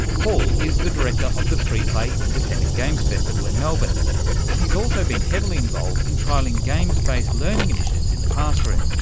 paul is the director of the freeplay independent games festival in melbourne and he's also been heavily involved in trialling games-based learning initiatives in the classroom.